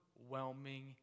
overwhelming